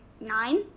nine